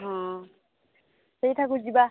ହଁ ସେଇଠାକୁ ଯିବା